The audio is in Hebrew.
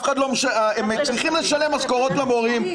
הם צריכים לשלם משכורות למורים,